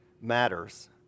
matters